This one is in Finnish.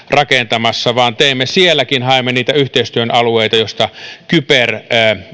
rakentamassa vaan sielläkin haemme yhteistyön alueita joista